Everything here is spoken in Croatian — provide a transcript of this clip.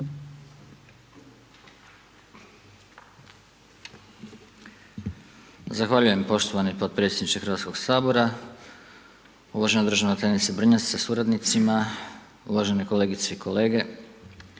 Zahvaljujem poštovani potpredsjedniče Hrvatskog sabora. Poštovana državna tajnice Brnjac, sa suradnicama, suradnicima, uvažene kolegice i kolege.